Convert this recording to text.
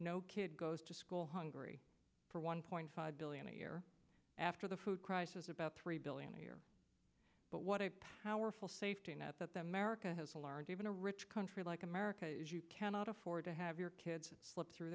no kid goes to school hungry for one point five billion a year after the food crisis about three billion a year but what a powerful safety net that the america has learned even a rich country like america is you cannot afford to have your kids slip through